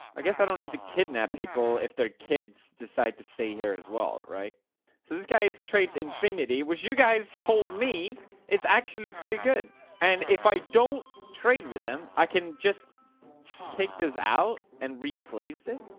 i guess i don't need to kidnap people if their kids decide to stay here as well, right? so these guys trade infinity, which you guys told me it's actually pretty good and if i don't trade with them i can just take this out and replace it